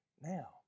now